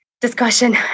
discussion